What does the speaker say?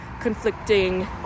conflicting